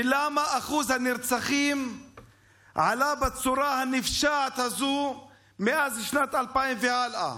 ולמה אחוז הנרצחים עלה בצורת הנפשעת הזו מאז שנת 2000 והלאה,